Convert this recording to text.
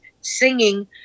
singing